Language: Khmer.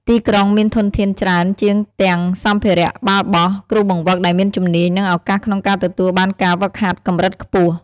ទីក្រុងមានធនធានច្រើនជាងទាំងសម្ភារៈបាល់បោះ គ្រូបង្វឹកដែលមានជំនាញ និងឱកាសក្នុងការទទួលបានការហ្វឹកហាត់កម្រិតខ្ពស់។